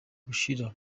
gushira